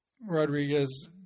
Rodriguez